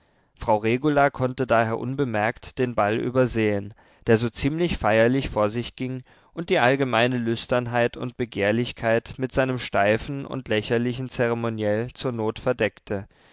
frau regula konnte daher unbemerkt den ball übersehen der so ziemlich feierlich vor sich ging und die allgemeine lüsternheit und begehrlichkeit mit seinem steifen und lächerlichen zeremoniell zur not verdeckte